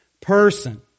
person